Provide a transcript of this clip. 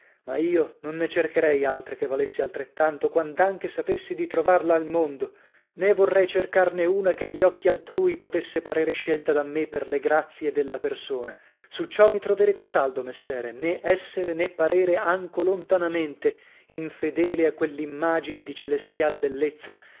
ma io non ne cercherei altra che valesse altrettanto quand'anche sapessi di trovarla al mondo nè vorrei cercarne una che agli occhi altrui potesse parere scelta da me per le grazie della persona su ciò mi troverete saldo messere nè essere nè parere anco lontanamente infedele a quell'immagine di celestiale bellezza